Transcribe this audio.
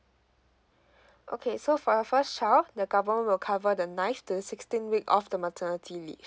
okay so for your first child the government will cover the ninth to sixteenth week of the maternity leave